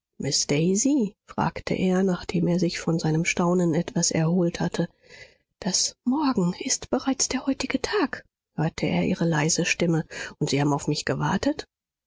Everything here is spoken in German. fragte er nachdem er sich von seinem staunen etwas erholt hatte das morgen ist bereits der heutige tag hörte er ihre leise stimme und sie haben auf mich gewartet